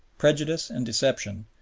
prejudice and deception,